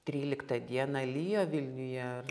tryliktą dieną lijo vilniuje ar